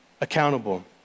accountable